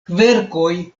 kverkoj